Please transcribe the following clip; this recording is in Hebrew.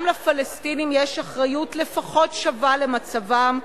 גם לפלסטינים יש אחריות לפחות שווה למצבם,